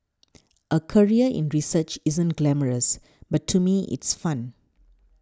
a career in research isn't glamorous but to me it's fun